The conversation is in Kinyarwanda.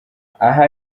aha